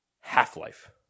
Half-Life